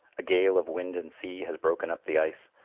a gale of wind and sea has broken up the ice,